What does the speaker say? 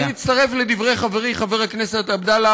אני מצטרף לדברי חברי חבר הכנסת עבדאללה